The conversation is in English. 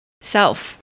self